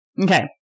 Okay